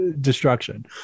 destruction